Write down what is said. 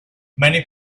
many